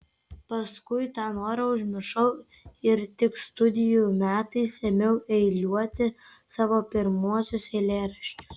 paskui tą norą užmiršau ir tik studijų metais ėmiau eiliuoti savo pirmuosius eilėraščius